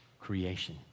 creation